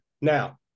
Now